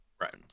Right